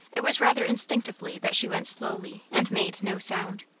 it was rather instinctively that she went slowly and made no sound,